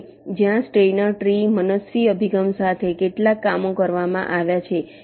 અને જ્યાં Steiner tree મનસ્વી અભિગમ સાથે કેટલાક કામો કરવામાં આવ્યા છે